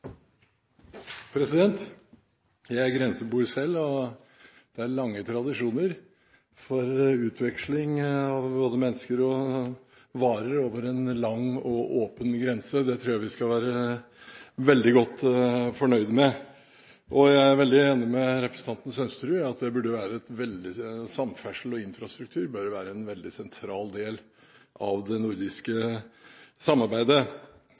lange tradisjoner for utveksling av både mennesker og varer over en lang og åpen grense – det tror jeg vi skal være veldig godt fornøyd med. Jeg er veldig enig med representanten Sønsterud i at samferdsel og infrastruktur bør være en veldig sentral del av det nordiske samarbeidet.